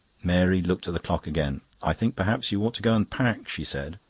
mary looked at the clock again. i think perhaps you ought to go and pack, she said.